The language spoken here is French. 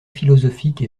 philosophique